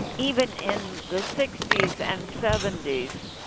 even in the sixty s and seventy